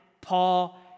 Paul